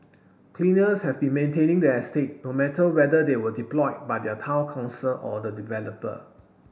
cleaners have been maintaining the estate no matter whether they were deployed by the Town Council or the developer